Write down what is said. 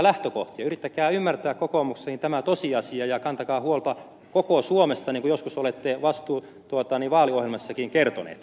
yrittäkää ymmärtää kokoomuksessakin tämä tosiasia ja kantakaa huolta koko suomesta niin kuin joskus olette vastuu tuota niva oli varma vaaliohjelmassakin kertoneet